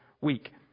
week